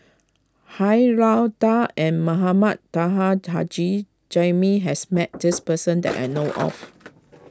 Han Lao Da and Mohamed Taha Haji Jamil has met this person that I know of